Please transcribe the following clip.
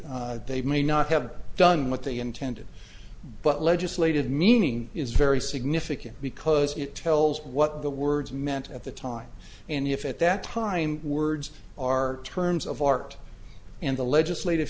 it they may not have done what they intended but legislative meaning is very significant because it tells what the words meant at the time and if at that time words are terms of art and the legislative